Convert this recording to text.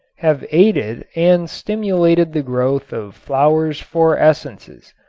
have aided and stimulated the growth of flowers for essences.